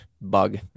bug